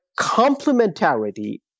complementarity